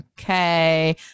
okay